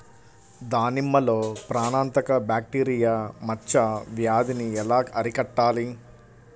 దానిమ్మలో ప్రాణాంతక బ్యాక్టీరియా మచ్చ వ్యాధినీ ఎలా అరికట్టాలి?